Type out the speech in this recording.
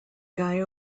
guy